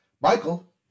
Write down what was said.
Michael